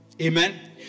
Amen